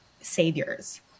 saviors